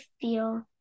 feel